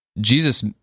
Jesus